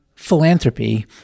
philanthropy